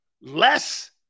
less